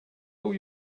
all